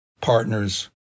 partners